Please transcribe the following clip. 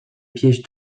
piège